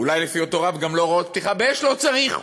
אולי לפי אותו רב גם הוראות פתיחה באש לא צריך.